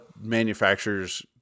manufacturers